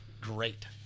great